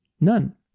None